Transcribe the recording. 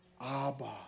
Abba